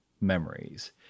memories